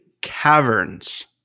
caverns